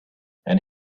and